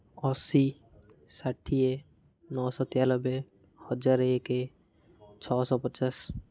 ଅଶୀ ଷାଠିଏ ନଅଶହ ତେୟାନବେ ହଜାରେ ଏକ ଛଅଶହ ପଚାଶ